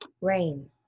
rain